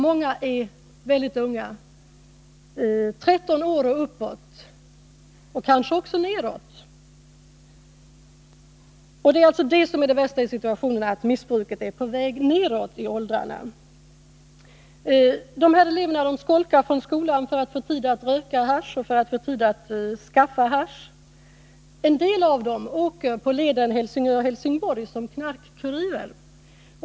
Många är väldigt unga —13 år och uppåt, och kanske också nedåt. Det är alltså det som är det värsta i situationen, att missbruket är på väg nedåt i åldrarna. Eleverna skolkar från skolan för att få tid att röka hasch och för att få tid att skaffa hasch. En del av dem åker på leden Helsingborg-Helsingör som knarkkurirer.